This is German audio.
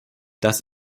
das